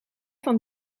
van